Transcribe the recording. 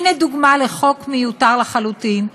הנה דוגמה לחוק מיותר לחלוטין,